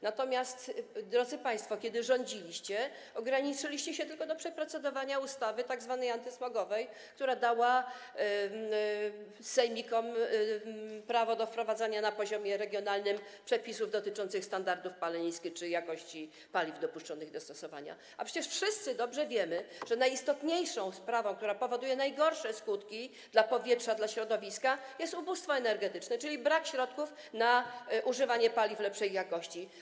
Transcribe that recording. Natomiast, drodzy państwo, kiedy rządziliście, ograniczyliście się tylko do przeprocedowania tzw. ustawy antysmogowej, która dała sejmikom prawo do wprowadzania na poziomie regionalnym przepisów dotyczących standardów palenisk czy jakości paliw dopuszczonych do stosowania, a przecież wszyscy dobrze wiemy, że najistotniejszą sprawą, która powoduje najgorsze skutki dla powietrza, dla środowiska, jest ubóstwo energetyczne, czyli brak środków na używanie paliw lepszej jakości.